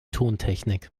tontechnik